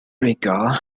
rica